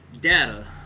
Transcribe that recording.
data